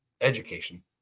Education